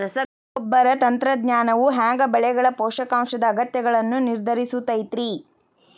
ರಸಗೊಬ್ಬರ ತಂತ್ರಜ್ಞಾನವು ಹ್ಯಾಂಗ ಬೆಳೆಗಳ ಪೋಷಕಾಂಶದ ಅಗತ್ಯಗಳನ್ನ ನಿರ್ಧರಿಸುತೈತ್ರಿ?